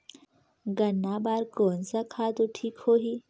गन्ना बार कोन सा खातु ठीक होही?